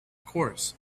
course